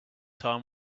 time